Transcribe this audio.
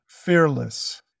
fearless